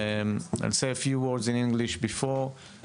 אני מקדם בברכה קודם כל את האורחים שנמצאים